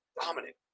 Dominant